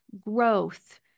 growth